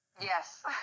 Yes